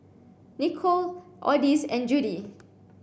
Nichol Odis and Judie